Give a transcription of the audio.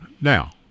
now